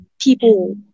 people